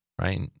right